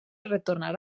retornar